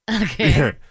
Okay